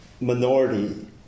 minority